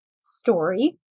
story